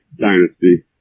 Dynasty